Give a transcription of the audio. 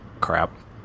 crap